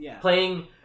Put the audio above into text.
Playing